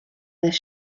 this